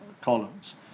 Columns